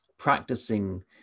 practicing